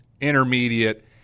intermediate